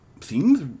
seems